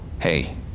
Hey